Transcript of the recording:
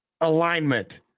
alignment